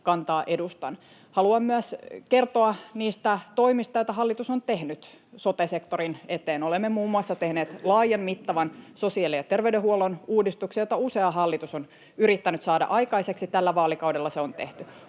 kantaa edustan. Haluan myös kertoa niistä toimista, joita hallitus on tehnyt sote-sektorin eteen. Olemme muun muassa tehneet laajan, mittavan sosiaali- ja terveydenhuollon uudistuksen, jota usea hallitus on yrittänyt saada aikaiseksi. [Leena Meren välihuuto] Tällä vaalikaudella se on tehty.